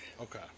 Okay